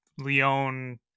Leon